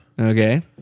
Okay